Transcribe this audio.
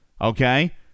okay